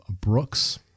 Brooks